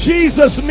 Jesus